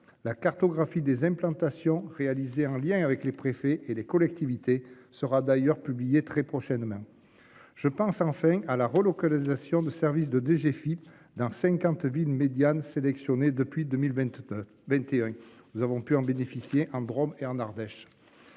La cartographie des implantations réalisées en lien avec les préfets et les collectivités sera d'ailleurs publié très prochainement. Je pense enfin à la relocalisation de service de DGFIP dans 50 villes médiane sélectionné depuis 2022 21. Nous avons pu en bénéficier en Drôme et en Ardèche.